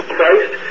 Christ